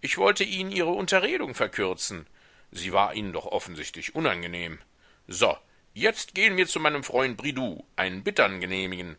ich wollte ihnen ihre unterredung verkürzen sie war ihnen doch offensichtlich unangenehm so jetzt gehen wir zu meinem freund bridoux einen bittern genehmigen